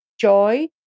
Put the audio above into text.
joy